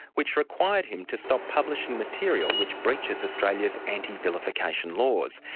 which required him to stop publishing material which breaches australia's anti-vilification laws.